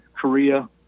Korea